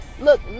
Look